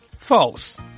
False